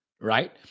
right